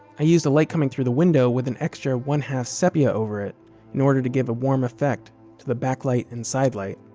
i used a light coming through the window with an extra one two sepia over it in order to give a warm effect to the backlight and sidelight.